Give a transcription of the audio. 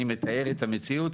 אני מתאר את המציאות,